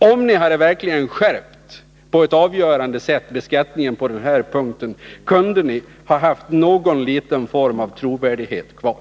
Om ni verkligen på ett avgörande sätt hade skärpt beskattningen på den här punkten, kunde ni ha haft någon liten form av trovärdighet kvar.